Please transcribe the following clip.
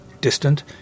distant